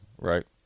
right